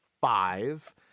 five